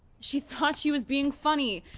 she thought she was being funny,